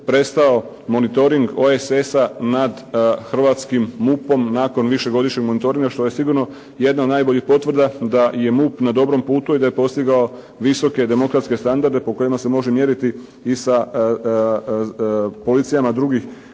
prestao monitoring OESS-a nad hrvatskim MUP-om nakon višegodišnjeg monitoringa što je sigurno jedna od najboljih potvrda da je MUP na dobrom putu i da je postigao visoke demokratske standarde po kojima se može mjeriti i sa policijama drugih